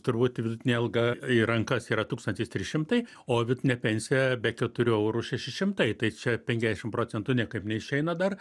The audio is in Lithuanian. turbūt vidutinė alga į rankas yra tūkstantis trys šimtai o vidutinė pensija be keturių eurų šeši šimtai tai čia penkiasdešim procentų niekaip neišeina dar